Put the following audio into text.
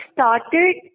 started